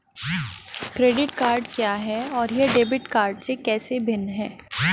Credit card क्या है और यह डेबिट कार्ड से कैसे भिन्न है?